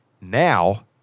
now